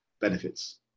benefits